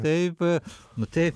taip nu taip